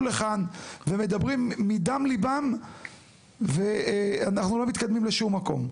לכאן ומדברים מדם ליבם ואנחנו לא מתקדמים לשום מקום.